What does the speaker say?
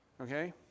Okay